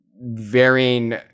varying